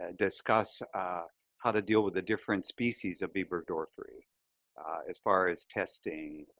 ah discuss how to deal with the different species of b. burgdorferi as far as testing.